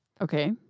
Okay